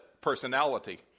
personality